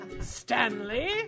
Stanley